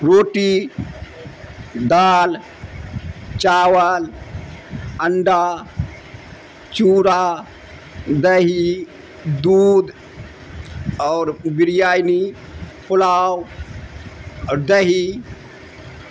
روٹی دال چاول انڈا چورا دہی دودھ اور بریانی پلاؤ اور دہی